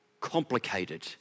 complicated